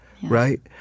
Right